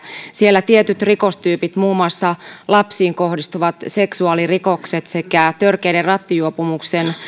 siellä tietyt rikostyypit muun muassa lapsiin kohdistuvat seksuaalirikokset sekä törkeät rattijuopumukset